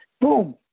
Boom